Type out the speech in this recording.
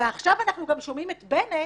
ועכשיו אנחנו גם שומעים את בנט,